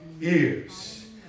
ears